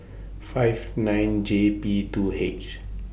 five nine J P two H